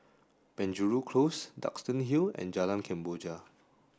Penjuru Close Duxton Hill and Jalan Kemboja